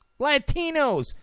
Latinos